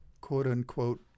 quote-unquote